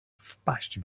wpaść